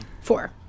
four